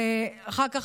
ואחר כך,